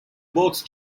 both